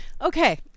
Okay